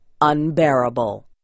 unbearable